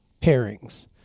pairings